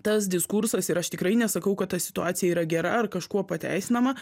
tas diskursas ir aš tikrai nesakau kad ta situacija yra gera ar kažkuo pateisinama